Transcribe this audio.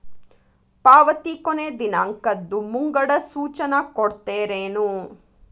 ಪಾವತಿ ಕೊನೆ ದಿನಾಂಕದ್ದು ಮುಂಗಡ ಸೂಚನಾ ಕೊಡ್ತೇರೇನು?